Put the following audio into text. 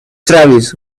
travis